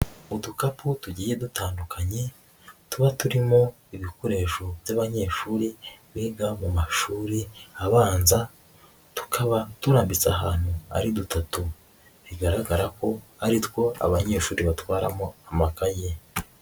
Udukapu tugiye dutandukanye tuba turimo ibikoresho by'abanyeshuri biga mu mashuri abanza, tukaba turambitse ahantu ari dutatu bigaragara ko ari two abanyeshuri batwaramo amakayi.